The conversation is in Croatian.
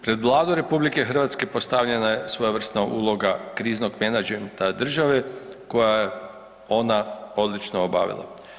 Pred Vladu RH postavljena je svojevrsna uloga kriznog menadžmenta države koju je ona odlično obavila.